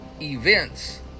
events